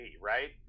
right